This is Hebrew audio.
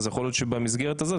אז יכול להיות שבמסגרת הזאת.